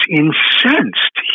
incensed